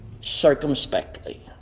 circumspectly